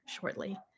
shortly